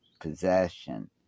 possession